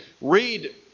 Read